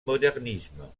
modernisme